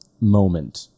moment